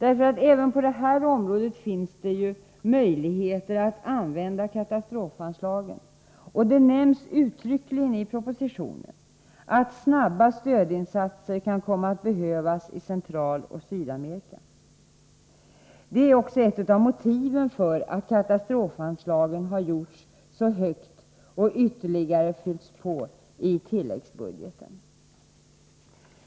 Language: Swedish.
Även på detta område finns det ju möjligheter att använda katastrofanslagen, och det nämns uttryckligen i propositionen att snabba stödinsatser kan komma att behövas i Centraloch Sydamerika. Detta är också ett av motiven för att katastrofanslaget gjorts så högt och ytterligare fyllts på i tilläggsbudgeten. Herr talman!